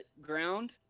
ground